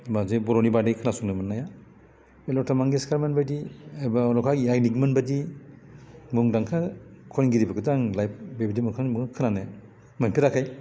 जे बर'नि बादै खोनासंनो मोननाय लटा मंगेसकारमोन बायदि एबा अलका यागनिमोन बायदि मुंदांखा खनगिरिफोरखौथ' आं लाइभ बेबायदि मोखांनिफ्राय खोनानो मोनथाराखै